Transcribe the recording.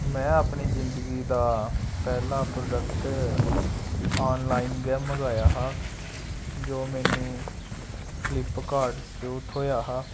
में अपनी जिंदगी दा पैह्ला प्रोडेक्ट आनलाइन गै मंगाया हा जो मैन्नू फ्लिपकार्ट चों थ्होएआ हा